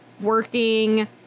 working